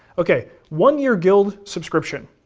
okay, one-year guild subscription.